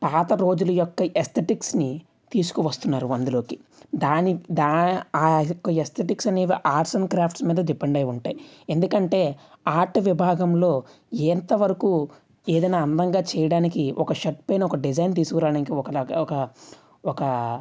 పాత రోజుల యొక్క ఎస్తెటిక్స్ని తీసుకు వస్తున్నారు అందులోకి దాని ఆ యొక్క ఎస్తెటిక్స్ అనేవి ఆర్ట్స్ అండ్ క్రాఫ్ట్స్ మీద డిపెండ్ అయ్యి ఉంటాయి ఎందుకంటే ఆర్ట్ విభాగంలో ఎంత వరకు ఏదైనా అందంగా చేయడానికి ఒక షర్ట్ పైన ఒక డిజైన్ తీసుకురావడానికి ఒక లాగా ఒక ఒక